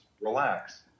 relax